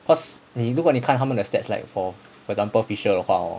cause 你如果看他们的 stats like for example fischl 的话 hor